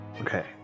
Okay